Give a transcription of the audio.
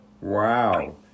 Wow